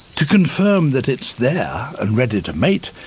to confirm that it's there and ready to mate,